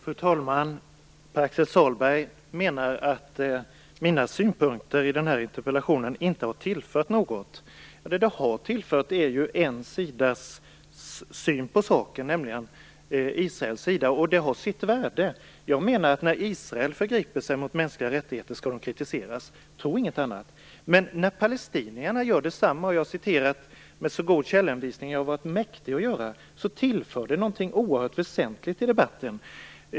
Fru talman! Pär-Axel Sahlberg menar att mina synpunkter på den här interpellationen inte har tillfört något. Det har tillfört en sidas syn på saken, nämligen Israels sida, och det har sitt värde. Jag menar att Israel skall kritiseras när de förgriper sig mot mänskliga rättigheter. Tro inget annat! Men palestinierna gör detsamma - och jag har citerat med så god källhänvisning jag har varit mäktig. Detta tillför någonting oerhört väsentligt till debatten.